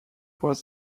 was